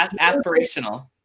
aspirational